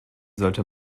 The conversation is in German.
sollte